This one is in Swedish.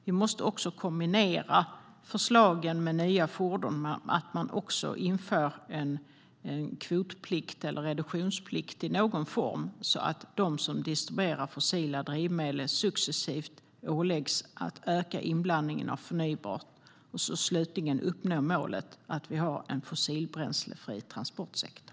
Vi måste kombinera förslagen om nya fordon med att även införa en kvotplikt eller reduktionsplikt i någon form, så att de som distribuerar fossila drivmedel successivt åläggs att öka inblandningen av förnybart och så att vi slutligen uppnår målet om en fossilbränslefri transportsektor.